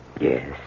Yes